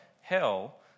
Hell